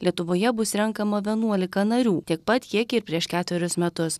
lietuvoje bus renkama vienuolika narių tiek pat kiek ir prieš ketverius metus